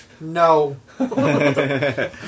No